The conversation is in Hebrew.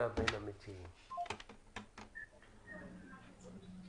נאפשר למשרד המשפטים לומר דברים שחייבים לרפד את הצעת החוק